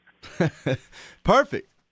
Perfect